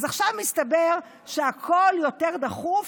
אז עכשיו מסתבר שהכול יותר דחוף,